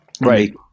Right